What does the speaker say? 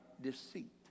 deceit